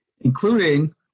including